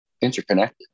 interconnected